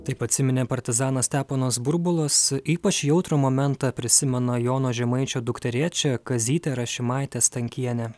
taip atsiminė partizanas steponas burbulas ypač jautrų momentą prisimena jono žemaičio dukterėčia kazytė rašimaitė stankienė